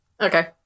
Okay